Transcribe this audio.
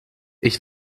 ich